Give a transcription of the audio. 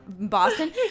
Boston